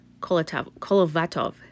Kolovatov